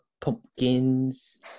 pumpkins